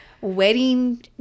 wedding